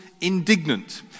indignant